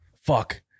Fuck